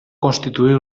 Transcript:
constituir